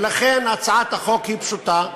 ולכן, הצעת החוק היא פשוטה,